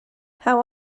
how